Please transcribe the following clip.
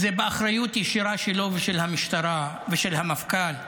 זו אחריות ישירה שלו, של המשטרה, של המפכ"ל,